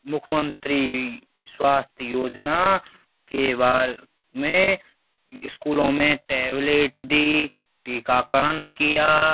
मुख्यमंत्री स्वास्थ्य योजना के बारे में इस्कूलों में टैबलेट दी टीकाकरण किया